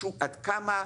עד כמה,